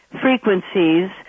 frequencies